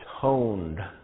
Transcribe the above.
toned